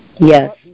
Yes